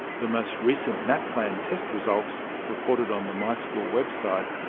the most recent naplan test results, reported on the my school website,